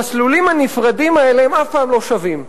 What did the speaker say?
המסלולים הנפרדים האלה הם אף פעם לא שווים.